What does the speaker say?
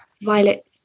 Violet